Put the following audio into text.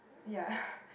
ya